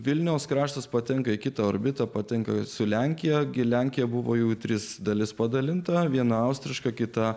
vilniaus kraštas patenka į kitą orbitą patenka su lenkija gi lenkija buvo jau tris dalis padalinta viena austriška kitą